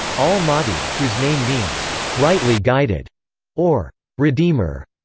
al-mahdi, whose name means rightly-guided or redeemer,